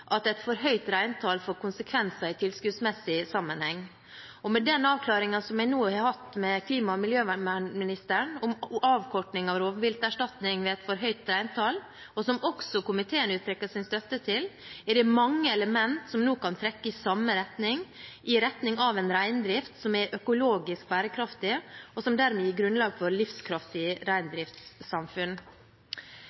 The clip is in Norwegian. at et for høyt reintall får konsekvenser i tilskuddsmessig sammenheng. Med den avklaringen som jeg nå har hatt med klima- og miljøministeren om avkortning av rovvilterstatning ved et for høyt reintall, som også komiteen uttrykker sin støtte til, er det mange elementer som nå kan trekke i samme retning – i retning av en reindrift som er økologisk bærekraftig, og som dermed gir grunnlag for